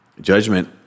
judgment